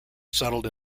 settled